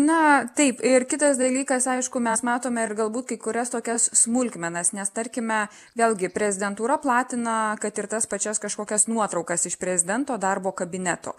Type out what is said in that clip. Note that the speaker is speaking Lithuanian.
na taip ir kitas dalykas aišku mes matome ir galbūt kai kurias tokias smulkmenas nes tarkime vėlgi prezidentūra platina kad ir tas pačias kažkokias nuotraukas iš prezidento darbo kabineto